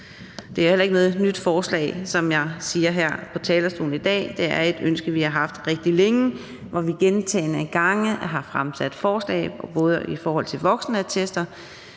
Det er ikke noget nyt forslag, som jeg kommer med her fra talerstolen i dag. Det er et ønske, vi har haft rigtig længe, og vi har gentagne gange fremsat forslag, f.eks. i forhold til voksenattester,